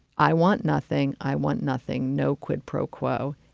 i want nothing. i want nothing. no quid pro quo.